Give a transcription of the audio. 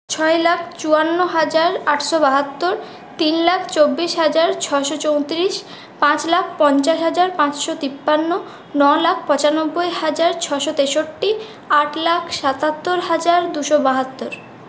ছয় লাখ চুয়ান্ন হাজার আটশো বাহাত্তর তিন লাখ চব্বিশ হাজার ছশো চৌত্রিশ পাঁচ লাখ পঞ্চাশ হাজার পাঁচশো তিপ্পান্ন নয় লাখ পঁচানব্বই হাজার ছশো তেষট্টি আট লাখ সাতাত্তর হাজার দুশো বাহাত্তর